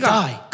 die